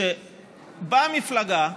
הוא שבאה מפלגה גדולה,